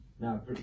Now